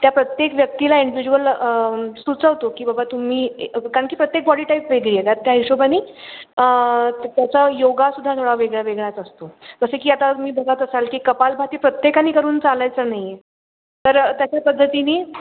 त्या प्रत्येक व्यक्तीला इंडिविज्युअल सुचवतो की बाबा तुम्ही कारणकी प्रत्येक बॉडी टाईप वेगळी आहे त्यात त्या हिशोबाने त्याचा योग सुद्धा थोडा वेगळा वेगळाच असतो जसं की आता मी बघत असाल की कपालभाती प्रत्येकाने करून चालायचं नाही आहे तर तशा पद्धतीने